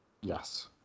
Yes